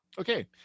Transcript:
Okay